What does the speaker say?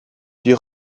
puis